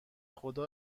خدا